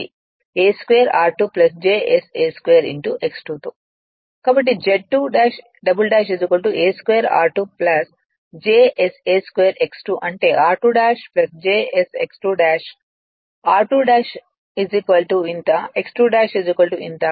కాబట్టి Z2 ' a2 r2 j sa2 X 2 అంటే r2 ' j S X 2' r2 ' ఇంత X 2' ఇంత